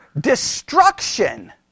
destruction